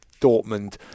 Dortmund